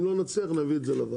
אם לא נצליח נביא את זה לוועדה.